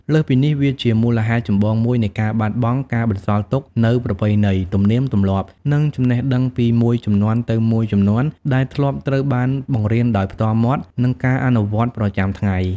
លើសពីនេះ វាជាមូលហេតុចម្បងមួយនៃការបាត់បង់ការបន្សល់ទុកនូវប្រពៃណី ទំនៀមទម្លាប់ និងចំណេះដឹងពីមួយជំនាន់ទៅមួយជំនាន់ ដែលធ្លាប់ត្រូវបានបង្រៀនដោយផ្ទាល់មាត់ និងការអនុវត្តប្រចាំថ្ងៃ។